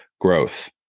growth